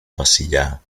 βασιλιά